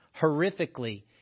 horrifically